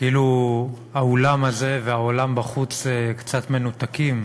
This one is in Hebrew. כאילו האולם הזה והעולם בחוץ קצת מנותקים.